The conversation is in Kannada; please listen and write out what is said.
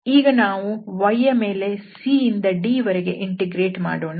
ಈಗ ನಾವು y ಯ ಮೇಲೆ c ಇಂದ d ವರೆಗೆ ಇಂಟಿಗ್ರೇಟ್ ಮಾಡೋಣ